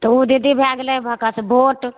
तऽ उ दीदी भए गेलय वोकस वोट